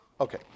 Okay